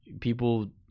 People